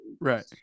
right